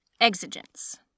Exigence